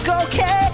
okay